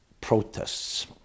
protests